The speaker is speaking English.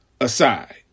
aside